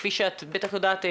וכפי שאת בטח יודעת,